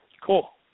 Cool